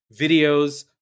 videos